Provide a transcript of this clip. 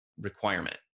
requirement